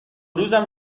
روزم